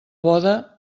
boda